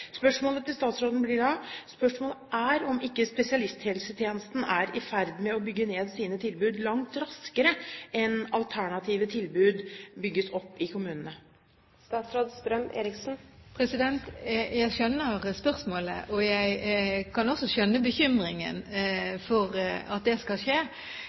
Spørsmålet til statsråden blir da om ikke spesialisthelsetjenesten er i ferd med å bygge ned sine tilbud langt raskere enn alternative tilbud bygges opp i kommunene. Jeg skjønner spørsmålet. Jeg kan også skjønne bekymringen for at det skal skje. Like fullt er det gitt veldig klare føringer til helseforetakene om at det ikke skal skje,